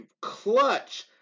clutch